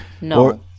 No